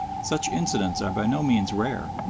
such incidents are by no means rare,